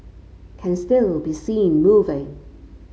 can still be seen moving